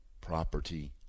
property